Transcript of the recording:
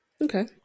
okay